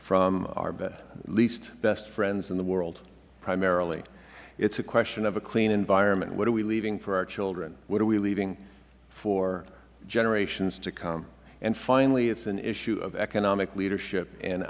our least best friends in the world primarily it is a question of a clean environment what are we leaving for our children what are we leaving for generations to come and finally it is an issue of economic leadership